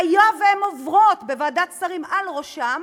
והיה והן עוברות בוועדת שרים מעל ראשם,